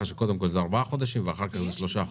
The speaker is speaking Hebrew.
שקודם זה ארבעה חודשים ואחר כך שלושה חודשים.